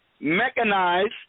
mechanize